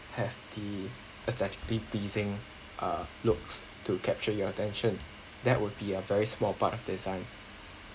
have the aesthetically pleasing uh looks to capture your attention that would be a very small part of design